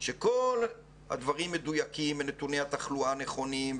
שכל הדברים מדויקים ונתוני התחלואה נכונים,